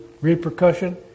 repercussion